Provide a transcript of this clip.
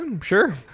sure